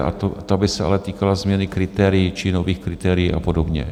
a ta by se ale týkala změny kritérií či nových kritérií a podobně.